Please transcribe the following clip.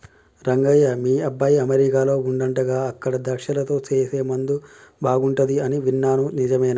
రంగయ్య మీ అబ్బాయి అమెరికాలో వుండాడంటగా అక్కడ ద్రాక్షలతో సేసే ముందు బాగుంటది అని విన్నాను నిజమేనా